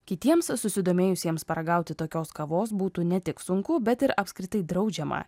kitiems susidomėjusiems paragauti tokios kavos būtų ne tik sunku bet ir apskritai draudžiama